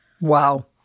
Wow